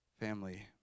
family